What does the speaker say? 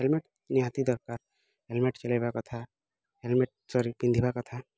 helmet ନିହାତି ଦରକାର helmet ଚଲାଇବା କଥା ହେଲମେଟ୍ ସରି ପିନ୍ଧିବା କଥା